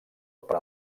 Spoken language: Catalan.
per